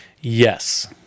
Yes